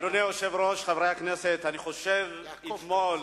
אדוני היושב-ראש, חברי הכנסת, אתמול